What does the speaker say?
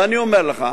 ואני אומר לך,